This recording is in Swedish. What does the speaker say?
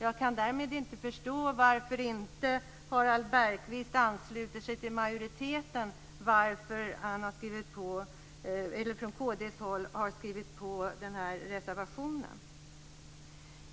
Jag kan därmed inte förstå varför Harald Bergström inte ansluter sig till majoriteten. Varför har man från kd:s håll skrivit under den här reservationen?